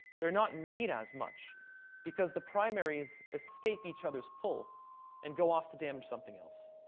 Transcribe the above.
they're not made as much because the primaries escape each others pull and go off to damage something else.